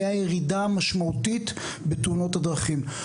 היה ירידה משמעותית בתאונות הדרכים.